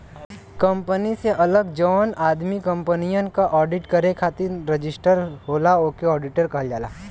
company से अलग जौन आदमी कंपनियन क आडिट करे खातिर रजिस्टर होला ओके आडिटर कहल जाला